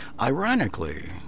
Ironically